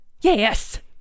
Yes